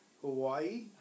Hawaii